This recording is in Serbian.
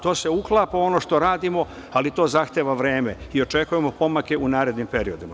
To se uklapa u ono što radimo, ali to zahteva vreme i očekujemo pomake u narednim periodima.